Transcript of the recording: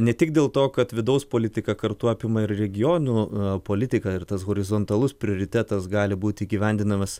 ne tik dėl to kad vidaus politika kartu apima ir regionų politiką ir tas horizontalus prioritetas gali būt įgyvendinamas